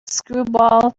screwball